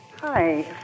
Hi